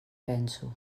penso